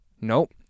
Nope